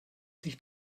sich